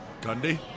Gundy